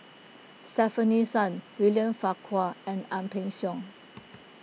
Stefanie Sun William Farquhar and Ang Peng Siong